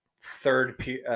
third